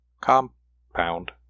compound